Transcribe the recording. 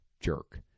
jerk